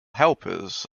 helpers